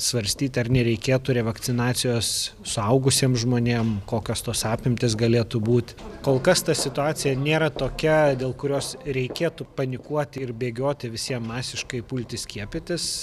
svarstyti ar nereikėtų revakcinacijos suaugusiems žmonėm kokios tos apimtys galėtų būt kol kas ta situacija nėra tokia dėl kurios reikėtų panikuoti ir bėgioti visiem masiškai pulti skiepytis